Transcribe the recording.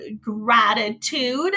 gratitude